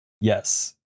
Yes